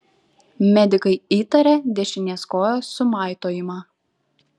medikai įtarė dešinės kojos sumaitojimą